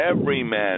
everyman